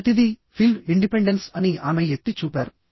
మొదటిది field independence అని ఆమె ఎత్తి చూపారు